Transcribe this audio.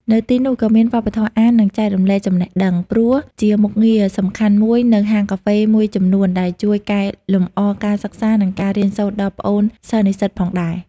នៅទីនោះក៏មានវប្បធម៌អាន និងចែករំលែកចំណេះដឹង ព្រោះជាមុខងារសំខាន់មួយនៅហាងកាហ្វេមួយចំនួនដែលជួយកែលម្អការសិក្សា និងការរៀនសូត្រដល់ប្អូនសិស្សនិស្សិតផងដែរ។